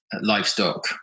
livestock